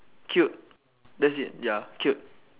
cute that's it ya cute